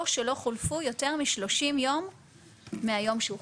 או שלא חלפו יותר מ-30 יום מהיום שאוכלס.